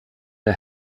der